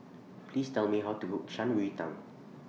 Please Tell Me How to Cook Shan Rui Tang